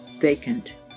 vacant